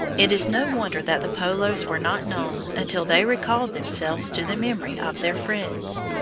it is no wonder that the polos were not known until they recalled themselves to the memory of their friends.